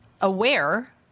aware